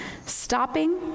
Stopping